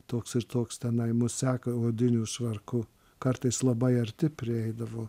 toks ir toks tenai mus seka odiniu švarku kartais labai arti prieidavo